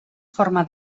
forma